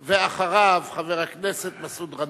ואחריו, חבר הכנסת מסעוד גנאים.